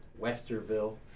Westerville